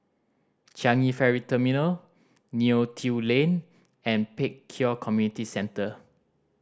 Changi Ferry Terminal Neo Tiew Lane and Pek Kio Community Centre